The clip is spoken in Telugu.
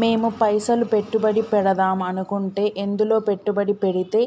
మేము పైసలు పెట్టుబడి పెడదాం అనుకుంటే ఎందులో పెట్టుబడి పెడితే